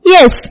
Yes